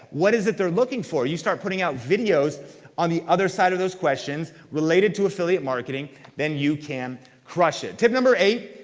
what is it they're looking for? you start putting out videos on the other side of those questions related to affiliate marketing then you can crush it. tip number eight.